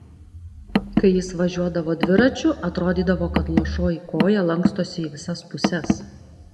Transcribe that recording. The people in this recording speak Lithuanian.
kai jis važiuodavo dviračiu atrodydavo kad luošoji koja lankstosi į visas puses